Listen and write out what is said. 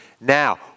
Now